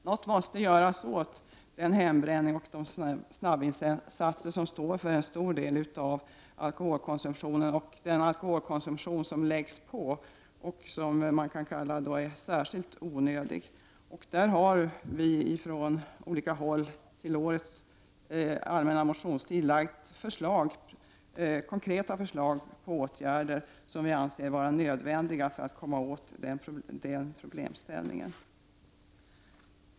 Något måste göras åt hembränningen och snabbvinssatser som möjliggör en stor del av alkoholkonsumtionen. Det är en alkoholkonsumtion som läggs på den övriga och som är särskilt onödig. I årets allmänna motionstid har det från olika håll framlagts konkreta förslag till åtgärder som vi anser vara nödvändiga för att komma åt den problemställningen.